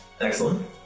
Excellent